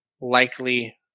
likely